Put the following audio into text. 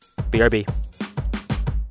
BRB